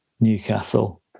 Newcastle